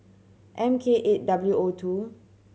M K eight W O two